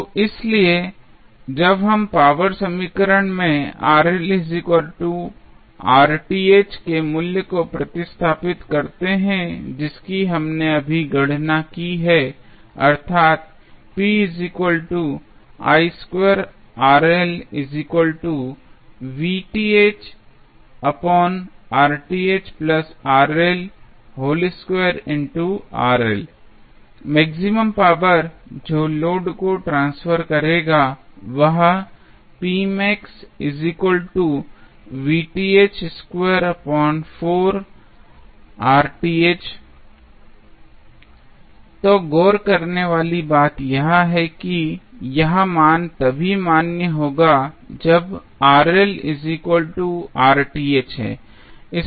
तो इसलिए जब हम पावर समीकरण में के मूल्य को प्रतिस्थापित करते हैं जिसकी हमने अभी गणना की है अर्थात मैक्सिमम पावर जो नेटवर्क लोड को ट्रांसफर करेगा वह और गौर करने वाली बात यह है कि यह मान तभी मान्य होगा जब है